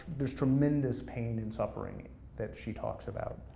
there's tremendous pain and suffering that she talks about.